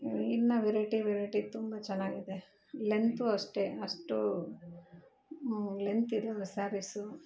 ಇನ್ನು variety variety ತುಂಬ ಚೆನ್ನಾಗಿದೆ ಲೆಂತು ಅಷ್ಟೆ ಅಷ್ಟೂ ಲೆಂತಿದಾವೆ ಸ್ಯಾರೀಸು